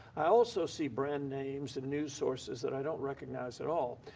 i also see brand names and news sources that i don't recognize at all.